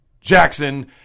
Jackson